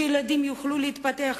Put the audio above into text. שילדים יוכלו להתפתח,